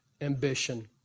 ambition